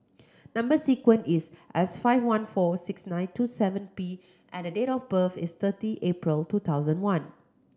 number sequence is S five one four six nine two seven P and the date of birth is thirty April two thousand one